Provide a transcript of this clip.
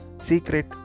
Secret